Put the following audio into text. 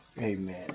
Amen